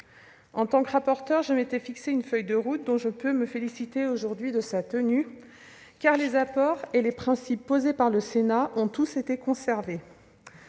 En tant que rapporteure, je m'étais fixé une feuille de route : je peux me féliciter aujourd'hui de sa tenue, car les apports et les principes posés par le Sénat ont tous été conservés.